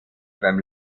beim